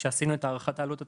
כשעשינו את הערכת העלות התקציבית,